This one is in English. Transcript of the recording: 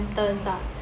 sentenced ah